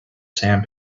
sand